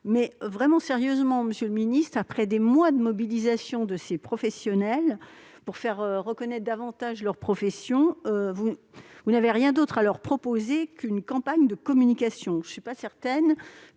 mais sérieusement, monsieur le ministre, après des mois de mobilisation de ces professionnelles pour faire reconnaître davantage leur profession, n'avez-vous rien d'autre à leur proposer qu'une campagne de communication ? Je ne suis pas certaine